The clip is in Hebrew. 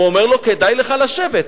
אומר לו: כדאי לך לשבת.